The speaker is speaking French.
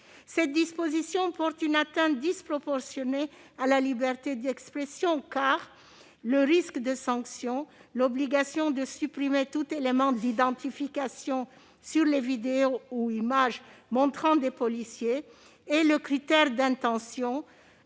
Cette disposition porte une atteinte disproportionnée à la liberté d'expression, car le risque de sanctions, l'obligation de supprimer tout élément d'identification sur les vidéos ou images montrant des policiers et le critère d'intention-